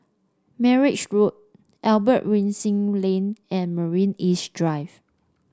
Marang Road Albert Winsemius Lane and Marina East Drive